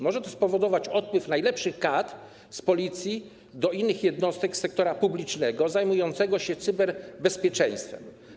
Może to spowodować odpływ najlepszych kadr z Policji do innych jednostek sektora publicznego zajmujących się cyberbezpieczeństwem.